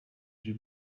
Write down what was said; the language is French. j’ai